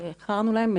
או איך קראתם להם?